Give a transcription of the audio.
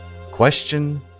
Question